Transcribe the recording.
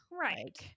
Right